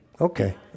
Okay